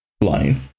line